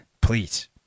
please